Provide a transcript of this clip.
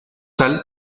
tal